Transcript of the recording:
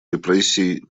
репрессий